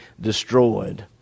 destroyed